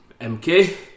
MK